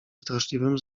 straszliwym